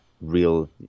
real